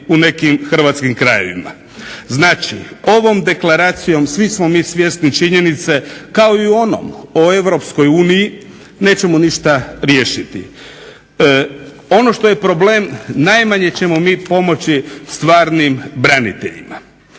u nekim hrvatskim krajevima. Znači, ovom deklaracijom svi smo mi svjesni činjenice kao i u onom o Europskoj uniji, nećemo ništa riješiti. Ono što je problem, najmanje ćemo mi pomoći stvarnim braniteljima.